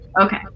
Okay